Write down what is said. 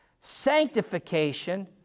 sanctification